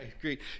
great